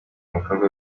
bikorwa